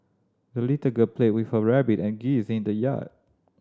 the little girl played with her rabbit and geese in the yard